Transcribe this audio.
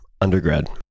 undergrad